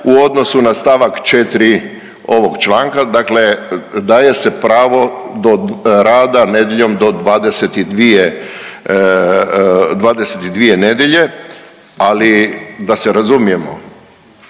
u odnosu na st. 4. ovog članka, dakle daje se pravo rada nedjeljom do 22, 22 nedjelje, ali da se razumijemo,